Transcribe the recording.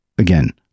Again